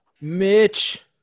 Mitch